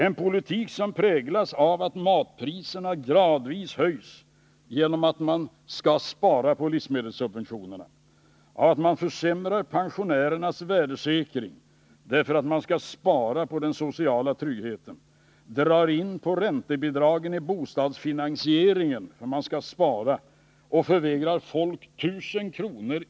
En politik som präglas av att matpriserna gradvis höjs genom att man skall spara på livsmedelssubventionerna, av att man försämrar pensionernas värdesäkring därför att man skall spara på den sociala tryggheten, av att man drar in på räntebidragen i bostadsfinansieringen med åtföljande hyresstegring och av att man förvägrar folk 1 000 kr.